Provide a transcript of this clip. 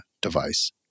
device